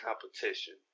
competition